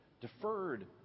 deferred